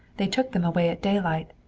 they took them away at daylight.